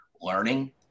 learning